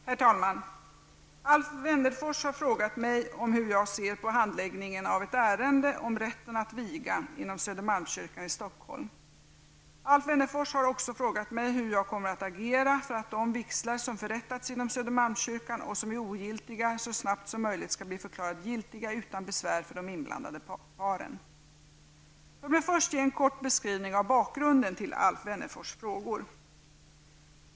Herr talman! Alf Wennerfors har frågat mig hur jag ser på handläggningen av ett ärende om rätten att viga inom Södermalmskyrkan i Stockholm. Alf Wennerfors har också frågat mig hur jag kommer att agera för att de vigslar som förrättats inom Södermalmskyrkan och som är ogiltiga så snabbt som möjligt skall bli förklarade giltiga utan besvär för de inblandade paren. Låt mig först ge en kort beskrivning av bakgrunden till Alf Wennerfors frågor.